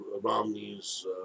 Romney's